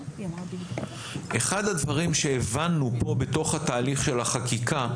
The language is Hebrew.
אחד הדברים שהבנו פה בתוך התהליך של החקיקה,